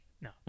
No